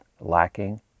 lacking